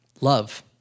love